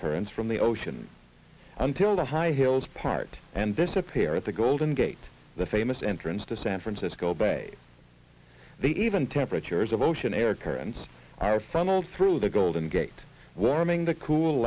currents from the ocean until the high hills part and disappear at the golden gate the famous entrance to san francisco bay the even temperatures of ocean air currents are funneled through the golden gate warming the cool